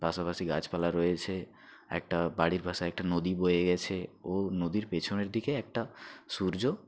পাশাপাশি গাছপালা রয়েছে একটা বাড়ির পাশে একটা নদী বয়ে গেছে ও নদীর পেছনের দিকে একটা সূর্য